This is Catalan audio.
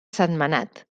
sentmenat